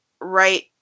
right